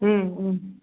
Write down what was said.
ம் ம்